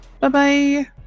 Bye-bye